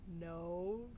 no